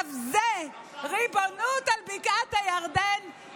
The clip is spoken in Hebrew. בשלב זה ריבונות על בקעת הירדן,